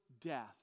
death